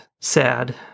sad